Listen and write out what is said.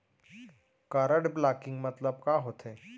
Card blocking मतलब का होथे?